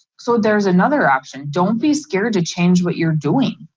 so there's another option. don't be scared to change what you're doing.